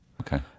okay